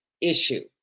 issue